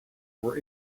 were